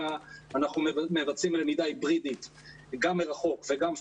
אנחנו מבצעים למידה היברידית גם מרחוק וגם פרונטלי.